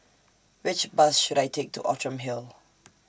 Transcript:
Which Bus should I Take to Outram Hill